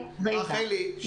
--- רחלי,